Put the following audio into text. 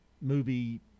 movie